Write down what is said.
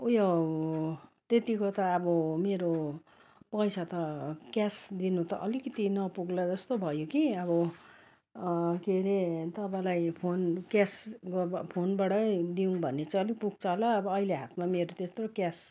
उयो त्यतिको त अब मेरो पैसा त क्यास दिनु त अलिकति नपुग्ला जस्तो भयो कि अब के हरे तपाईँलाई फोन क्यास अब फोनबाटै दिऊँ भने चाहिँ अलिक पुग्छ होला अहिले हातमा मेरो त्यत्रो क्यास